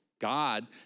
God